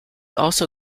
also